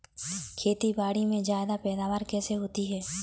खेतीबाड़ी में ज्यादा पैदावार कैसे होती है?